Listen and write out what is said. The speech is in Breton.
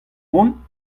mont